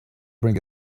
bring